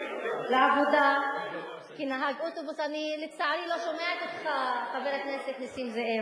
לצערי, אני לא שומעת אותך, חבר הכנסת נסים זאב.